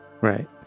Right